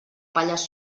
pallars